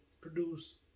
produce